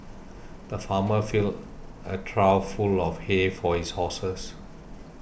the farmer filled a trough full of hay for his horses